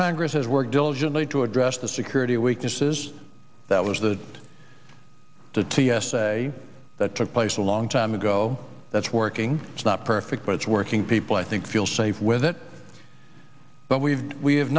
congress has worked to address the security weaknesses that was that the t s a that took place a long time ago that's working it's not perfect but it's working people i think feel safe with it but we've